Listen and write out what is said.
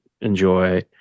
enjoy